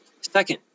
Second